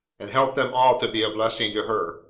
and help them all to be a blessing to her.